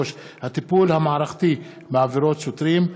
3. הטיפול המערכתי בעבירות שוטרים,